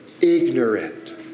ignorant